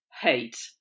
hate